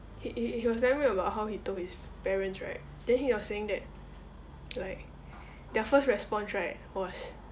he he was telling me about how he told his parents right then he was saying that like their first response right was